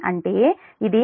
అంటే ఇది 69